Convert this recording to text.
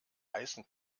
heißen